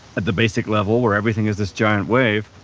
at the basic level where everything is this giant wave,